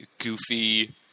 goofy